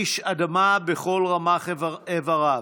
איש אדמה בכל רמ"ח איבריו,